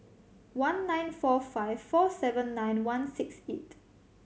one nine four five four seven nine one six eight